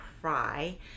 cry